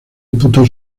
disputó